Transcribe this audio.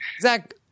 Zach